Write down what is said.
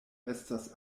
estas